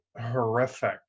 horrific